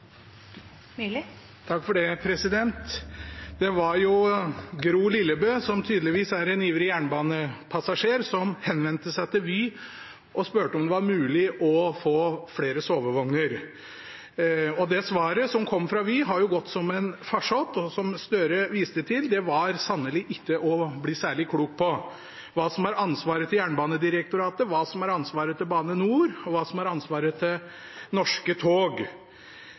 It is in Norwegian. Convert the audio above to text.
Det var Gro Lillebø, som tydeligvis er en ivrig jernbanepassasjer, som henvendte seg til Vy og spurte om det var mulig å få flere sovevogner. Svaret som kom fra Vy, har gått som en farsott, og som Gahr Støre viste til, var det sannelig ikke til å bli særlig klok av – hva som er ansvaret til Jernbanedirektoratet, hva som er ansvaret til Bane NOR, og hva som er ansvaret til Norske Tog.